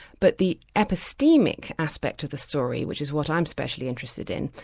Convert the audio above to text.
but the epistemic aspect of the story, which is what i'm specially interested in,